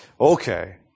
Okay